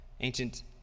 Ancient